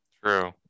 True